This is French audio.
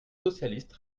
socialiste